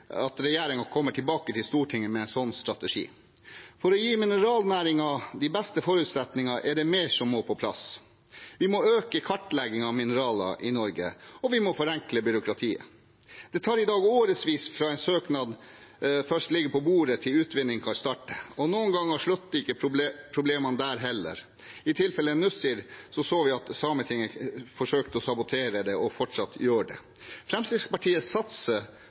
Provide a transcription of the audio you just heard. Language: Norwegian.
at regjeringen kommer tilbake til Stortinget med en slik strategi. For å gi mineralnæringen de beste forutsetninger er det mer som må på plass. Vi må øke kartleggingen av mineraler i Norge, og vi må forenkle byråkratiet. Det tar i dag årevis fra en søknad først ligger på bordet, til utvinningen kan starte, og noen ganger slutter ikke problemene der heller. I tilfellet Nussir så vi at Sametinget forsøkte å sabotere det, og fortsatt gjør det. Fremskrittspartiet satser